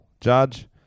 Judge